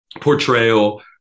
portrayal